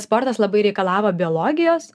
sportas labai reikalavo biologijos